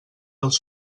dels